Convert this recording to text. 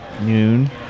noon